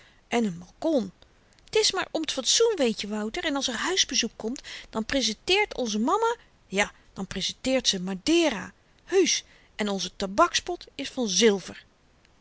en n balkon t is maar om t fatsoen weetje wouter en als er huisbezoek komt dan prezenteert onze mama ja dan prezenteert ze madera heusch en onze tabakspot is van zilver